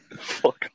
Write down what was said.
Fuck